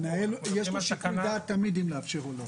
תמיד למנהל יש שיקול דעת אם לאפשר או לא.